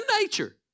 nature